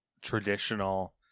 traditional